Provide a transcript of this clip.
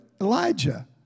Elijah